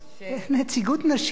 יש נציגות נשית.